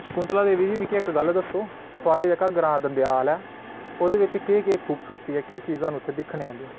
शंकुतला देवी जी मिगी इक्क गल्ल दस्सो थुहाड़ा जेह्का ग्रांऽ दंदेआल ऐ उत्थै केह् केह् खूबसूरती ऐ केह् न दिक्खने आह्लियां न